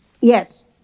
Yes